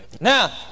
Now